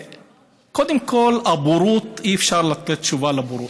קודם כול, הבורות, אי-אפשר לתת תשובה לבורות.